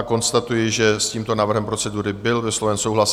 Konstatuji, že s tímto návrhem procedury byl vysloven souhlas.